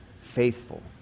faithful